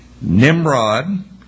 Nimrod